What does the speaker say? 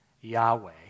Yahweh